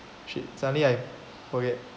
shit suddenly I forget